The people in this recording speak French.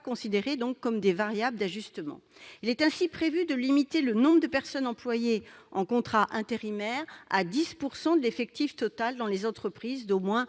considérés comme des variables d'ajustement. Nous proposons donc de limiter le nombre de personnes employées en contrat intérimaire à 10 % de l'effectif total dans les entreprises comptant